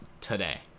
today